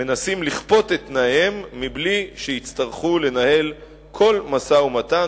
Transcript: מנסים לכפות את תנאיהם מבלי שיצטרכו לנהל כל משא-ומתן,